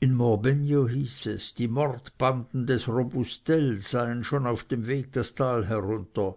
in morbegno hieß es die mordbanden des robustell seien schon auf dem wege das tal herunter